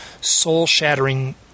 soul-shattering